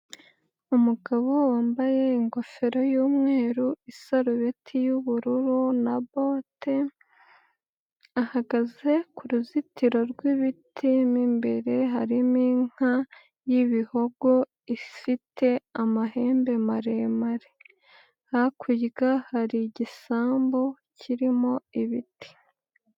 Umugabo wambaye ingofero y'umweru, isarubeti y'ubururu na bote, ahagaze ku ruzitiro rw'ibiti mo imbere harimo inka y'ibihogo ifite amahembe maremare. Hakurya hari igisambu kirimo ibiti.